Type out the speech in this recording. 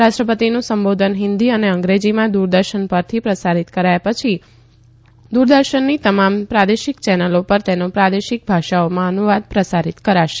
રાષ્ટ્રપતિનું સંબોધન હિન્દી અને અંગ્રેજીમાં દૂરદર્શન પરથી પ્રસારિત કરાયા પછી દૂરદર્શનની તમામ પ્રાદેશિક ચેનલો પર તેનો પ્રાદેશિક ભાષાઓમાં અનુવાદ પ્રસારિત કરાશે